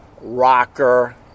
rocker